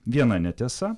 viena netiesa